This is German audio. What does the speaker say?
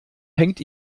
hängt